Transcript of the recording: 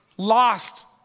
lost